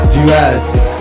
Duality